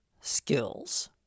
skills